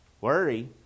Worry